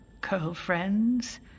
girlfriends